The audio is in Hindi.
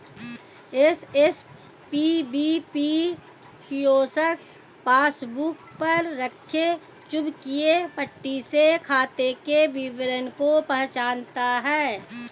एस.एस.पी.बी.पी कियोस्क पासबुक पर रखे चुंबकीय पट्टी से खाते के विवरण को पहचानता है